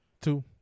Two